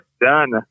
done